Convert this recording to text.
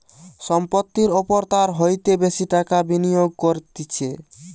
সম্পত্তির ওপর তার হইতে বেশি টাকা বিনিয়োগ করতিছে